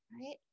right